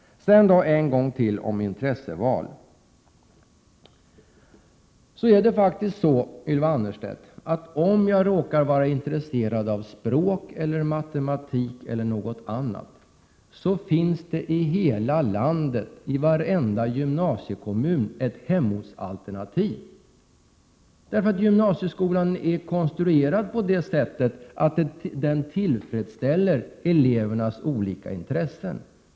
Så en gång till om intresseval. Det är faktiskt så, Ylva Annerstedt, att om jag råkar vara intresserad av språk eller matematik eller något annat, finns det i hela landet i varje gymnasiekommun ett hemortsalternativ. Gymnasieskolan är konstruerad på det sättet att den tillfredsställer elevernas olika intressen.